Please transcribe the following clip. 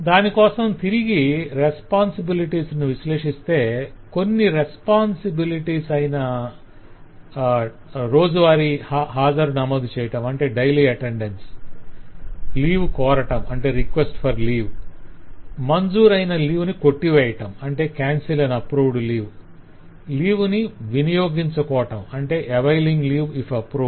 దానికోసం తిరిగి రెస్పొంసిబిలిటీస్ ను విశ్లేషిస్తే కొన్ని రెస్పొంసిబిలిటీస్ అయిన రూజువారి హాజరు నమోదుచేయటం 'record daily attendance' లీవ్ కోరటం 'request for leave' మంజూరైన లీవ్ ని కొట్టివేయటం 'cancel an approved leave leave ని వినియోగించుకోవటం 'avail leave if approved'